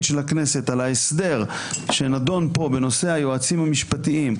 של הכנסת על ההסדר שנדון כאן בנושא היועצים המשפטים,